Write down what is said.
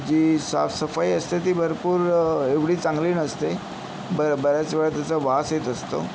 जी साफसफाई असते ती भरपूर एवढी चांगली नसते ब बऱ्याच वेळा त्याचा वास येत असतो